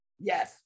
Yes